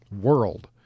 world